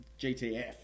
GTF